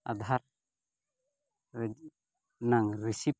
ᱟᱫᱷᱟᱨ ᱨᱮᱱᱟᱝ ᱨᱮᱥᱤᱯ